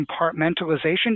compartmentalization